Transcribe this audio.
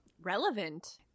Relevant